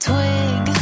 Twig